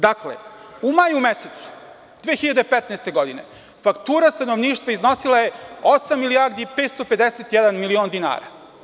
Dakle, u maju mesecu 2015. godine faktura stanovništva iznosila je 8 milijardi i 551 milion dinara.